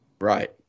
Right